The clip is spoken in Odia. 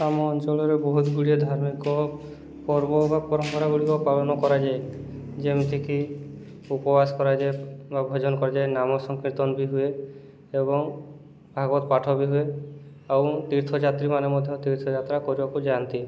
ଆମ ଅଞ୍ଚଳରେ ବହୁତ ଗୁଡ଼ିଏ ଧାର୍ମିକ ପର୍ବ ବା ପରମ୍ପରା ଗୁଡ଼ିକ ପାଳନ କରାଯାଏ ଯେମିତିକି ଉପବାସ କରାଯାଏ ବା ଭୋଜନ କରାଯାଏ ନାମ ସଂକୀର୍ତ୍ତନ ବି ହୁଏ ଏବଂ ଭାଗବତ ପାଠ ବି ହୁଏ ଆଉ ତୀର୍ଥଯାତ୍ରୀମାନେ ମଧ୍ୟ ତୀର୍ଥଯାତ୍ରା କରିବାକୁ ଯାଆନ୍ତି